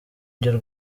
ibyo